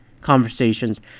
conversations